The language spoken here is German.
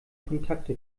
kontakte